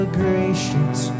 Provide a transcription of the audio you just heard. gracious